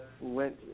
went